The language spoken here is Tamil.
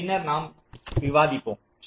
அதை பின்னர் நாம் விவாதிப்போம்